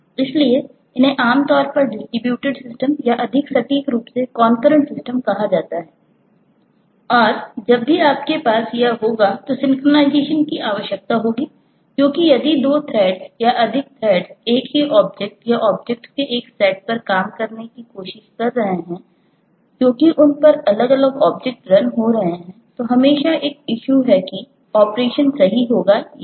इसलिए इन्हें आम तौर पर डिस्ट्रीब्यूटेड सिस्टम्स सही तरीके से किया गया है या नहीं